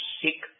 sick